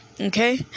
Okay